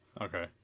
Okay